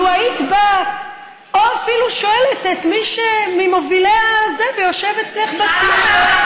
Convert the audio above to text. לו היית באה או אפילו שואלת את מי שהוא מהמובילים ויושב אצלך בסיעה,